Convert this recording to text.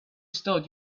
start